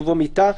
ובו מיטה,